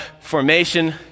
Formation